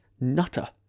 nutter